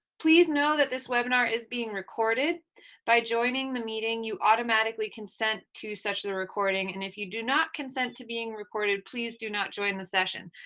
please know that this webinar is being recorded by joining the meeting you automatically consent to such a recording, and if you do not consent to being recorded please do not join the session.